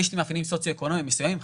יש לי מאפיינים סוציואקונומיים מסוימים,